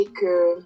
que